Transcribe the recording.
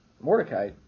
Mordecai